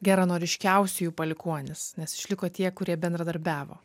geranoriškiausiųjų palikuonys nes išliko tie kurie bendradarbiavo